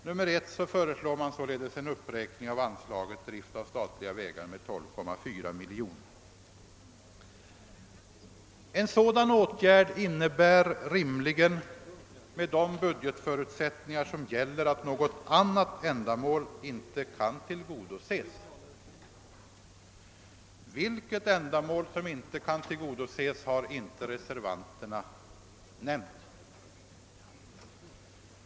Reservanterna föreslår att anslaget således uppräknas med 12,4 miljoner kronor. En sådan åtgärd innebär rimligen med de budgetförutsättningar som gäller, att något annat ändamål inte kan tillgodoses. Vilket ändamål som i så fall inte skulle tillgodoses, vet jag inte.